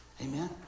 Amen